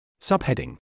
Subheading